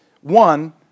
one